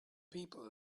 people